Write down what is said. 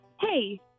hey